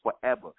forever